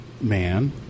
man